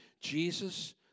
Jesus